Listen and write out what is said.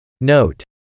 NOTE